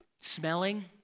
smelling